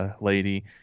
lady